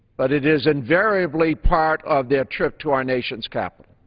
but it is invarybly part of their trip to our nation's capital